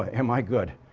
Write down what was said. am i good?